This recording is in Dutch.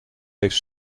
heeft